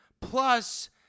plus